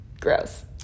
Gross